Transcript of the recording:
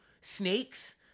snakes